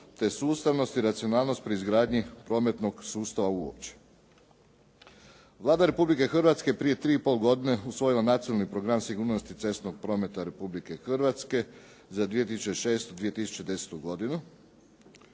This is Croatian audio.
te sustavnost i racionalnost pri izgradnji prometnog sustava uopće. Vlada Republike Hrvatske prije tri i pol godine usvojila je Nacionalni program sigurnosti cestovnog prometa Republike Hrvatske za 2006.-2010. godinu,